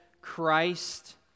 Christ